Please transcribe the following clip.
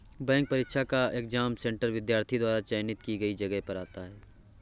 bank परीक्षा का exam centre विद्यार्थी द्वारा चयनित की गई जगह पर आता है